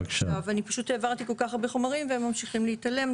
אני פשוט העברתי כל כך הרבה חומרים והם ממשיכים להתעלם,